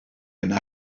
yna